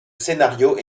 scénario